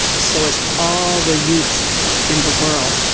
so it's all the youth in the world,